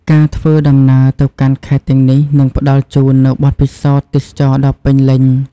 ការធ្វើដំណើរទៅកាន់ខេត្តទាំងនេះនឹងផ្តល់ជូននូវបទពិសោធន៍ទេសចរណ៍ដ៏ពេញលេញ។